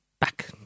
Back